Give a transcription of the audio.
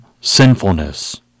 sinfulness